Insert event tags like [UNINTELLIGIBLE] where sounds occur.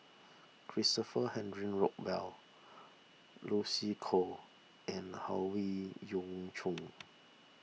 Christopher Henry Rothwell Lucy Koh and Howe [UNINTELLIGIBLE] Yoon Chong